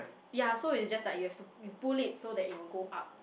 ya so it's just like you have to you pull it so that it will go up